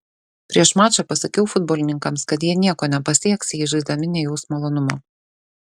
prieš mačą pasakiau futbolininkams kad jie nieko nepasieks jei žaisdami nejaus malonumo